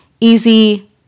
easy